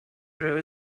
through